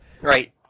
Right